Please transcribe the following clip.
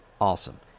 awesome